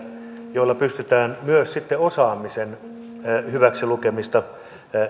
joilla pystytään myös sitten osaamisen hyväksilukemista